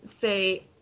say